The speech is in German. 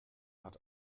hat